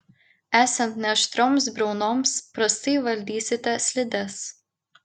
esant neaštrioms briaunoms prastai valdysite slides